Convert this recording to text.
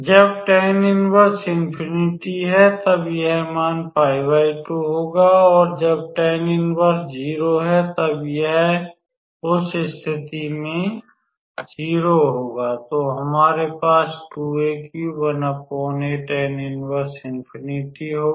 जब है तब यह मान 𝜋2 होगा और जब है तब उस स्थिति में मान 0 होगा तो हमारे पास होगा